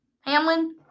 Hamlin